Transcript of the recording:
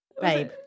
Babe